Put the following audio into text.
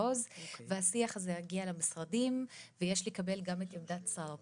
אחיעוז והשיח הזה הגיע למשרדים ויש לקבל גם את עמדת שרת הפנים.